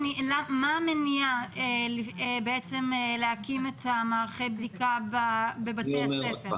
המניעה להקים את מערכי הבדיקה בבתי הספר?